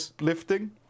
lifting